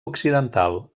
occidental